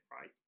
right